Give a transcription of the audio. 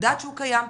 יודעת שהוא קיים,